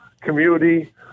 community